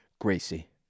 Gracie